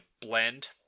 blend